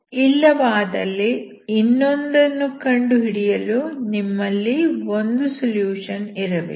ಇಲ್ಲವಾದಲ್ಲಿ ಇನ್ನೊಂದನ್ನು ಕಂಡುಹಿಡಿಯಲು ನಿಮ್ಮಲ್ಲಿ ಒಂದು ಸೊಲ್ಯೂಷನ್ ಇರಬೇಕು